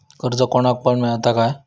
कर्ज कोणाक पण मेलता काय?